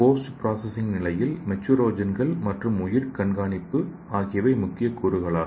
post processing நிலையில் மெட்டூரோஜன்கள் மற்றும் உயிர் கண்காணிப்பு ஆகியவை முக்கியக் கூறுகளாகும்